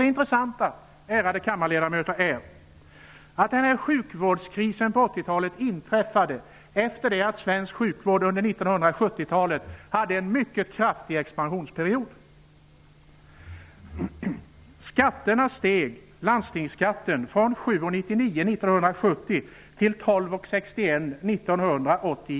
Det intressanta, ärade kammarledamöter, är att sjukvårdskrisen under 1980-talet inträffade efter det att svensk sjukvård under 1970-talet hade haft en mycket kraftig expansionsperiod. 1970 till 12:61 kr år 1980.